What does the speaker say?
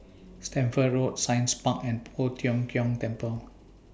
Stamford Road Science Park and Poh Tiong Kiong Temple